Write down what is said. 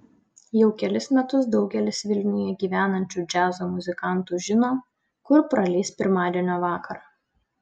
jau kelis metus daugelis vilniuje gyvenančių džiazo muzikantų žino kur praleis pirmadienio vakarą